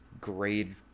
grade